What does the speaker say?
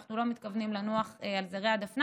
ואנחנו לא מתכוונים לנוח על זרי הדפנה.